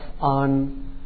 on